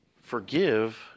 forgive